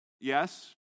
yes